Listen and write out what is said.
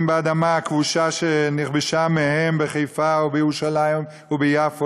באדמה הכבושה שנכבשה מהם בחיפה ובירושלים וביפו,